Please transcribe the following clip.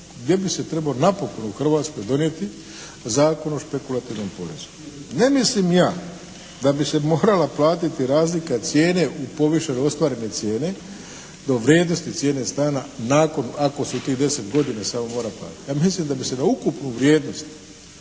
gdje bi se trebao napokon u Hrvatskoj donijeti Zakon o špekulativnom porezu. Ne mislim ja da bi se morala platiti razlika cijene u povišene ostvarene cijene do vrijednosti cijene stana nakon, ako se tih 10 godina samo moram … /Govornik se ne razumije./ … ja mislim da bi se na ukupnu vrijednost